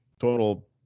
total